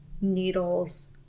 needles